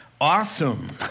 awesome